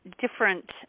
Different